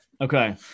Okay